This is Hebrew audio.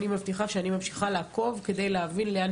ואני מבטיחה שאני ממשיכה לעקוב כדי להבין לאן